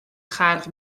خلق